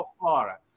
Florida